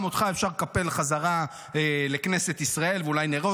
גם אותך אפשר לכפל חזרה לכנסת ישראל ואולי נראה